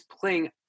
playing